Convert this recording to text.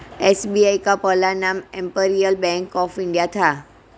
SBI का पहला नाम इम्पीरीअल बैंक ऑफ इंडिया था